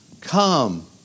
come